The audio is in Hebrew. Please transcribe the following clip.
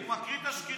הוא מקריא את השקרים,